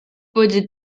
put